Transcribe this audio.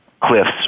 cliffs